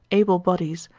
able bodies,